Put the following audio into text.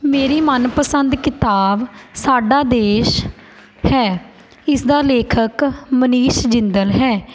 ਮੇਰੀ ਮਨਪਸੰਦ ਕਿਤਾਬ ਸਾਡਾ ਦੇਸ਼ ਹੈ ਇਸ ਦਾ ਲੇਖਕ ਮਨੀਸ਼ ਜਿੰਦਲ ਹੈ